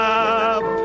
up